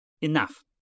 Enough